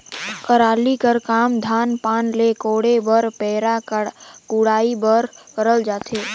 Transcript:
कलारी कर काम धान पान ल कोड़े बर पैरा कुढ़ाए बर करल जाथे